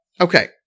Okay